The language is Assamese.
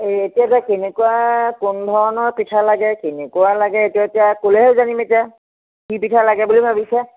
এ এতিয়া য়ে কেনেকুৱা কোন ধৰণৰ পিঠা লাগে কেনেকুৱা লাগে এইটো এতিয়া ক'লেহে জানিম এতিয়া কি পিঠা লাগে বুলি ভাবিছে